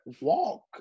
walk